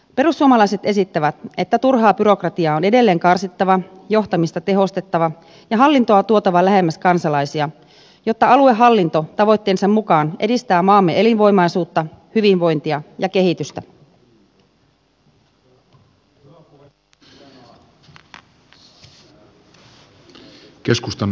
perussuomalaiset esittävät että turhaa byrokratiaa on edelleen karsittava johtamista tehostettava ja hallintoa tuotava lähemmäs kansalaisia jotta aluehallinto tavoitteensa mukaan edistää maamme elinvoimaisuutta hyvinvointia ja kehitystä